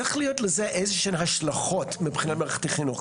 צריך להיות לזה איזה שהן השלכות מבחינת מערכת החינוך,